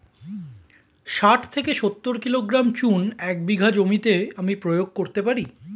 শাঠ থেকে সত্তর কিলোগ্রাম চুন এক বিঘা জমিতে আমি প্রয়োগ করতে পারি?